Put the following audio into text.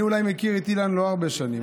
אני מכיר את אילן לא הרבה שנים,